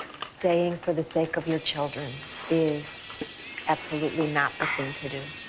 staying for the sake of your children is absolutely not the thing to do,